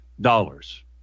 dollars